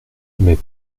mais